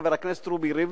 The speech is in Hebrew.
חבר הכנסת רובי ריבלין,